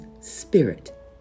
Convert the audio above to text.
spirit